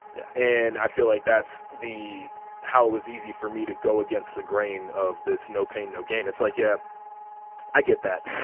yeah and i feel like that's the how it was easy for me to go against the grain of this. no pain no gain it's like yeah i get that.